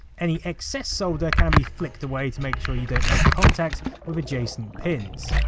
any excess solder can be flicked away to make sure you don't make contact with adjacent pins.